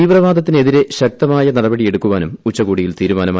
തീവ്രവാദത്തിനെതിരെ ശക്തമായ നടപടിയെടുക്കാനും ഉച്ചകോടിയിൽ തീരുമാനമായി